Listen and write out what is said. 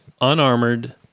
Unarmored